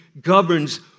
governs